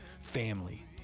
Family